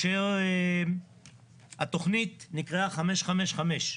התוכנית נקראה 555,